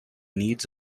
needs